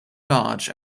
large